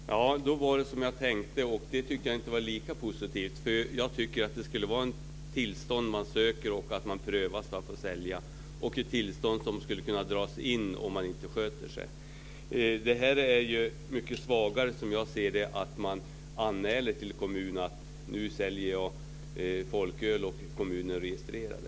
Fru talman! Då var det som jag trodde, och det var inte lika positivt. Jag tycker att man borde få ansöka om tillstånd och att det skulle ske en prövning. Och om man inte skötte sig skulle tillståndet kunna dras in. Som jag ser det är en anmälan till kommunen om försäljning av folköl mycket svagare.